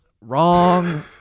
wrong